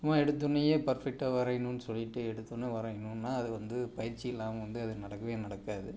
சும்மா எடுத்தொடன்னையே பர்ஃபெக்ட்டாக வரையணும்னு சொல்லிட்டு எடுத்தொடன்னே வரையணும்னா அது வந்து பயிற்சி இல்லாமல் வந்து அது நடக்கவே நடக்காது